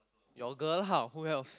your girl lah who else